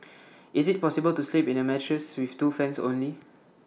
is IT possible to sleep in A mattress with two fans only